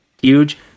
huge